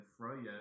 Froyo